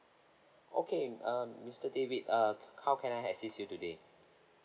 okay um mister david uh how can I assist you today